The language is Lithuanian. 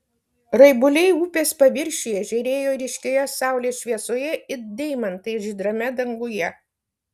raibuliai upės paviršiuje žėrėjo ryškioje saulės šviesoje it deimantai žydrame danguje